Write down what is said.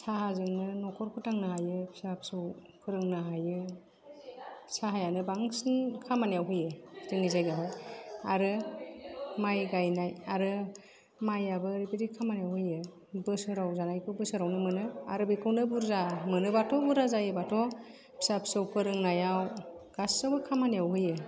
साहा जोंनो न'खर फोथांनो हायो फिसा फिसौ फोरोंनो हायो साहायानो बांसिन खामानियाव होयो जोंनि जायगायाव हाय आरो माय गायनाय आरो मायाबो बिरात खामानियाव होयो बोसोराव जानायखौ बोसोरावनो मोनो आरो बेखौनो बुर्जा मोनबाथ' बुर्जा जायोबाथ' फिसा फिसौ फोरोंनायाव गासैबो खामानियाव होयो